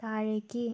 താഴേക്ക്